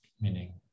meaning